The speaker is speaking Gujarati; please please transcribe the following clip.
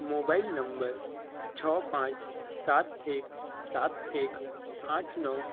મોબાઈલ નંબર છ પાંચ સાત એક સાત એક આઠ નવ